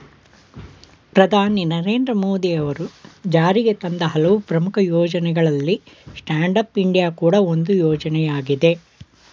ಪ್ರಧಾನಿ ನರೇಂದ್ರ ಮೋದಿ ಅವರು ಜಾರಿಗೆತಂದ ಹಲವು ಪ್ರಮುಖ ಯೋಜ್ನಗಳಲ್ಲಿ ಸ್ಟ್ಯಾಂಡ್ ಅಪ್ ಇಂಡಿಯಾ ಕೂಡ ಒಂದು ಯೋಜ್ನಯಾಗಿದೆ